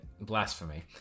Blasphemy